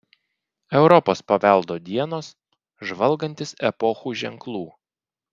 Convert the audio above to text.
europos paveldo dienos žvalgantis epochų ženklų